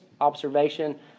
observation